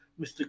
Mr